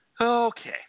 Okay